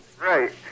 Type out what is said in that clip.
Right